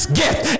gift